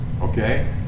Okay